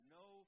no